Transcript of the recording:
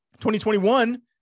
2021